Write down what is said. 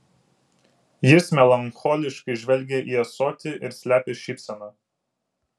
jis melancholiškai žvelgia į ąsotį ir slepia šypseną